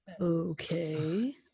Okay